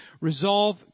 resolve